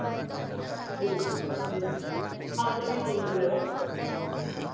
जी जी जी हाँ सभी चीज़ मिल जाएगा